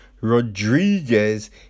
Rodriguez